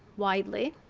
widely.